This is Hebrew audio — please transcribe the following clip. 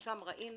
ושם אנו